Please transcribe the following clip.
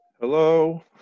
Hello